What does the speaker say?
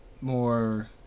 more